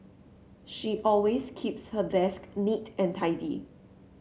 she always keeps her desk neat and tidy